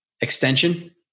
extension